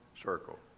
circle